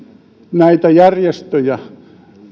näitä järjestöjä